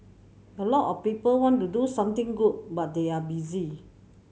a lot of people want to do something good but they are busy